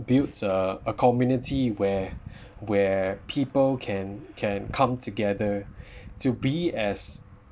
builds a a community where where people can can come together to be as